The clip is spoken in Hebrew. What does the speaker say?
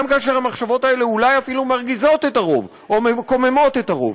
גם כאשר המחשבות האלה אולי אפילו מרגיזות את הרוב או מקוממות את הרוב.